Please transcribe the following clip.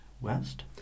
west